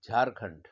Jharkhand